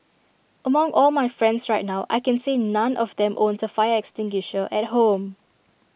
among all my friends right now I can say none of them owns A fire extinguisher at home